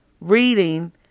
reading